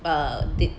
err did